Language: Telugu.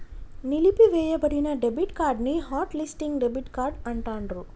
నిలిపివేయబడిన డెబిట్ కార్డ్ ని హాట్ లిస్టింగ్ డెబిట్ కార్డ్ అంటాండ్రు